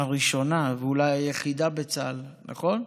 הראשונה ואולי היחידה בצה"ל, נכון?